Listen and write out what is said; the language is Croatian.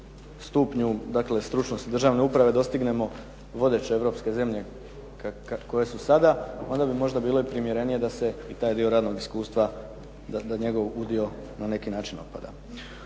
stupnju dakle stručnosti državne uprave dostignemo vodeće europske zemlje koje su sada onda bi možda bile primjerenije da se i taj dio radnog iskustva, da njegov udio na neki način opada.